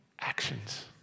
actions